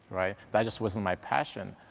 right? that just wasn't my passion.